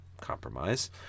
compromise